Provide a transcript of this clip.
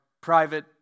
private